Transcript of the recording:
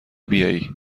بیایی